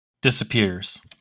disappears